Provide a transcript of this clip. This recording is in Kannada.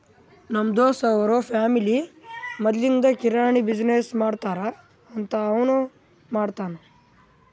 ನಮ್ ದೋಸ್ತ್ ಅವ್ರ ಫ್ಯಾಮಿಲಿ ಮದ್ಲಿಂದ್ ಕಿರಾಣಿ ಬಿಸಿನ್ನೆಸ್ ಮಾಡ್ತಾರ್ ಅಂತ್ ಅವನೂ ಮಾಡ್ತಾನ್